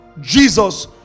Jesus